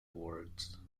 awards